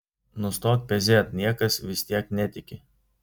nustok pezėt niekas vis tiek netiki